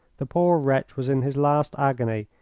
the poor wretch was in his last agony,